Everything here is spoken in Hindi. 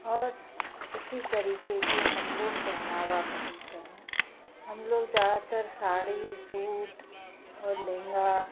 और उसी तरीके के हम लोग पहनावा पहनते हैं हम लोग ज़्यादातर साड़ी सूट और लहंगा